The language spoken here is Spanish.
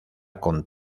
con